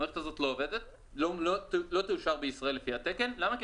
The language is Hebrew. המערכת הזאת לא תאושר בישראל לפי התקן, למה?